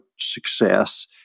success